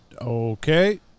Okay